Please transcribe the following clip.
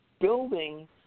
building